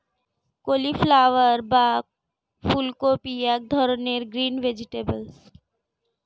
cauliflower বা ফুলকপি এক ধরনের গ্রিন ভেজিটেবল